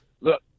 Look